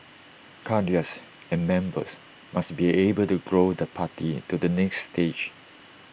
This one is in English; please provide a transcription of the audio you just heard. cadres and members must be able to grow the party to the next stage